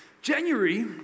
January